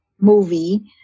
movie